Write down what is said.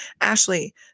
Ashley